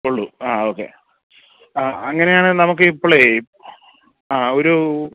ഉള്ളു ആ ഓക്കെ അ അങ്ങനെയാണേൽ നമുക്ക് ഇപ്പോൾ ആ ഒരു